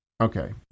Okay